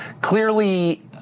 clearly